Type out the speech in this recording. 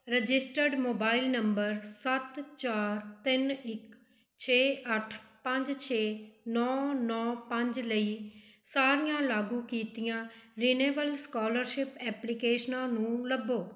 registered mobile number ਸੱਤ ਚਾਰ ਤਿੰਨ ਇੱਕ ਛੇ ਅੱਠ ਪੰਜ ਛੇ ਨੌਂ ਨੌਂ ਪੰਜ ਲਈ ਸਾਰੀਆਂ ਲਾਗੂ ਕੀਤੀਆਂ ਰਿਨਿਵਲ ਸਕੋਲਰਸ਼ਿਪ ਐਪਲੀਕੇਸ਼ਨਾਂ ਨੂੰ ਲੱਭੋ